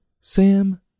Sam